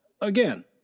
again